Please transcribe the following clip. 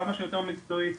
כמה שיותר מקצועי,